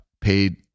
paid